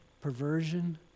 perversion